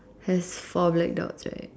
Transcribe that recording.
has four black dots right